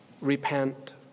Repent